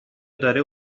داری